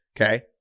okay